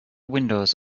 windows